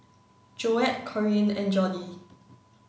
Joette Corrine and Jordi